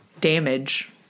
damage